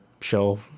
show